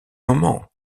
moment